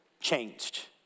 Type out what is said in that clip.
changed